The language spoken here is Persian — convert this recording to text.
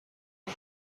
همه